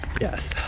Yes